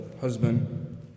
husband